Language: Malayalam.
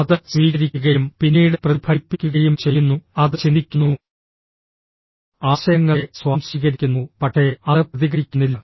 അത് സ്വീകരിക്കുകയും പിന്നീട് പ്രതിഫലിപ്പിക്കുകയും ചെയ്യുന്നു അത് ചിന്തിക്കുന്നു ആശയങ്ങളെ സ്വാംശീകരിക്കുന്നു പക്ഷേ അത് പ്രതികരിക്കുന്നില്ല